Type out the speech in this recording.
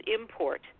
import